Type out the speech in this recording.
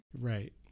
Right